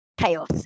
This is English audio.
chaos